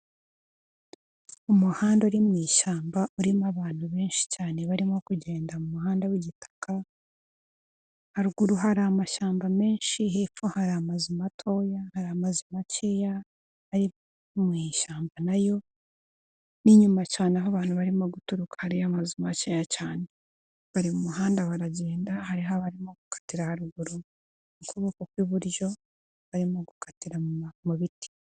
Umuhanda uri mu ishyamba, urimo abantu benshi cyane barimo kugenda mu muhanda w'igitaka, haruguru hari amashyamba menshi, hepfo hari amazu matoya, hari amazi makeya ari mu ishyamba nayo, inyuma cyane aho abantu barimo guturuka hariyo amazu makeya cyane. Bari mu muhanda baragenda, hariho abarimo gukatira haruguru mu kuboko kw'iburyo, barimo gukatira mu biti.